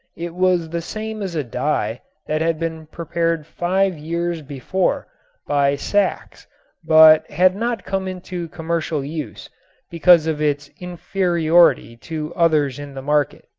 it was the same as a dye that had been prepared five years before by sachs but had not come into commercial use because of its inferiority to others in the market.